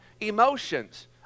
emotions